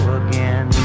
again